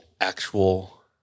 actual